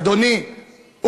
אדוני,